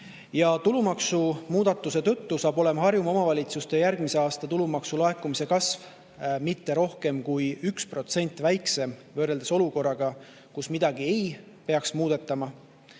[Seaduse]muudatuse tõttu saab Harjumaa omavalitsustes järgmise aasta tulumaksu laekumise kasv olema kõige rohkem 1% väiksem võrreldes olukorraga, kui midagi ei peaks muudetama.